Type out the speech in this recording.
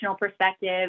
perspective